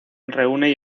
reúne